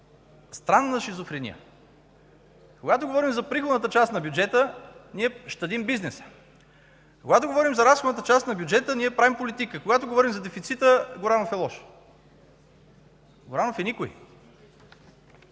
странна шизофрения. Когато говорим за приходната част на бюджета, щадим бизнеса. Когато говорим за разходната част на бюджета, правим политика. Когато говорим за дефицита – Горанов е лош! Горанов е никой!